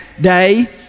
day